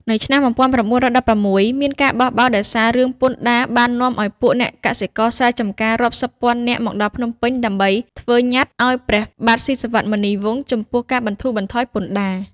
នៅឆ្នាំ១៩១៦ ការបះបោរដោយសាររឿងពន្ធដារ បាននាំឲ្យពួកអ្នកកសិករស្រែចម្ការរាប់សិបពាន់នាក់មកដល់ភ្នំពេញដើម្បីធ្វើញត្តិអោយព្រះបាទស៊ីសុវត្ថិ មុនីវង្ស ចំពោះការបន្ធូរបន្ថយពន្ធដារ។